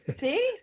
see